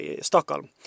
Stockholm